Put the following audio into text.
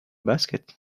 basket